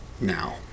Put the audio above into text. now